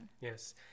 yes